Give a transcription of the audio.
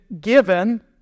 given